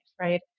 Right